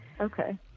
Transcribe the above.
Okay